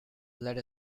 let